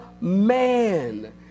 man